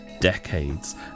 decades